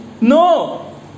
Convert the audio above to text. No